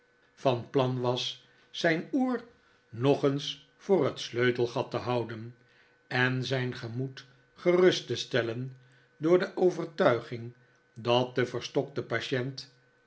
van plan was zijn oor nog eens voor het sleutelgat te houden en zijn gemoed gerust te stellen door de overtuiging dat de verstokte patient